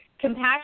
compassion